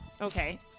Okay